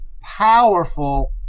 powerful